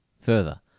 further